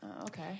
Okay